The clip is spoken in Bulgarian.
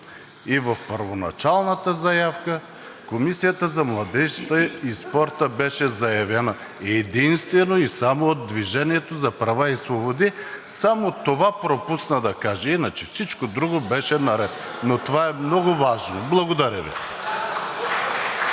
и в първоначалната заявка Комисията за младежта и спорта беше заявена единствено и само от „Движение за права и свободи“. Само това пропусна да каже. Иначе всичко друго беше наред. Но това е много важно. Благодаря Ви.